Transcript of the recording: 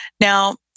Now